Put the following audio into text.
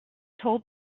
told